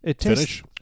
finish